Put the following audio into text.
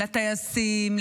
לטייסים,